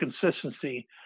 consistency